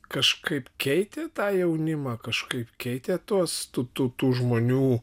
kažkaip keitė tą jaunimą kažkaip keitė tuos tų tų tų žmonių